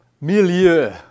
milieu